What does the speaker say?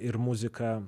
ir muziką